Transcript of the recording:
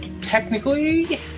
technically